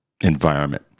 environment